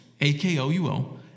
A-K-O-U-O